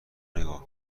نگاه